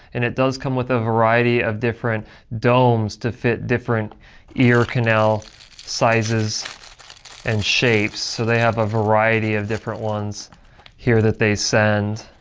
and it does come with a variety of different domes to fit different ear canal sizes and shapes. so they have a variety of different ones here that they send,